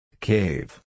Cave